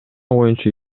боюнча